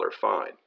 fine